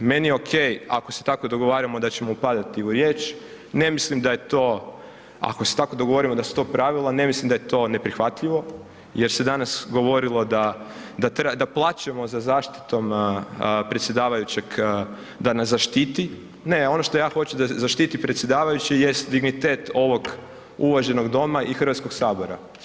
meni je ok ako se tako dogovaramo da ćemo upadati u riječ, ne mislim da je to ako se tako dogovorimo, da su to pravila, ne mislim da je to neprihvatljivo jer se danas govorilo da plačemo za zaštitom predsjedavajućeg da nas zaštiti, ne, ono što ja hoću da zaštiti predsjedavajući jest dignitet ovog uvaženog doma i Hrvatskog sabora.